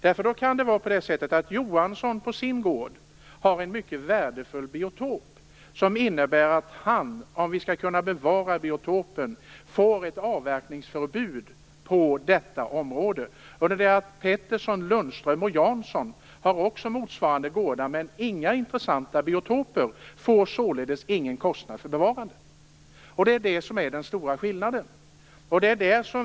Där kan det vara så att Johansson som på sin gård har en mycket värdefull biotop får ett avverkningsförbud för att denna biotop skall kunna bevaras. Pettersson, Lundström och Jansson som har motsvarande gårdar men inga intressanta biotoper får däremot ingen kostnad för bevarande. Det är den stora skillnaden.